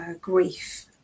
grief